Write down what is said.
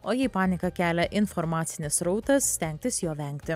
o jei paniką kelia informacinis srautas stengtis jo vengti